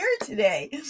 today